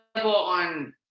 on